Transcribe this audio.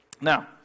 Now